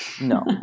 No